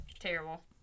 terrible